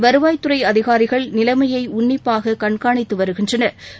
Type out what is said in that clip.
வருவாய்த்துறை அதிகாரிகள் நிலைமையை உள்னிப்பாக கண்காணித்து வருகின்றனா்